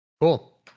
Cool